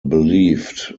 believed